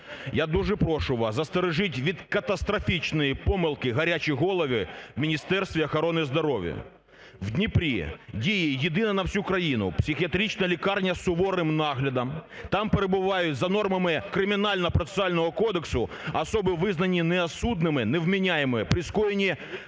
Я дуже прошу вас, застережіть від катастрофічної помилки гарячі голови в Міністерстві охорони здоров'я. В Дніпрі діє єдина на всю країну психіатрична лікарня з суворим наглядом. Там перебувають за нормами Кримінального процесуального кодексу особи, визнані неосудними (невменяемыми) при скоєнні